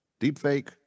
deepfake